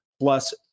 plus